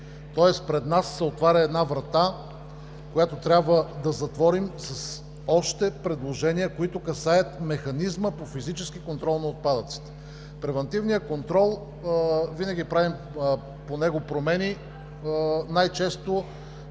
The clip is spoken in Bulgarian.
Тоест пред нас се отваря една врата, която трябва да затворим с още предложения, които касаят механизма по физически контрол на отпадъците. Превантивният контрол. По него правим промени най-често